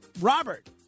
Robert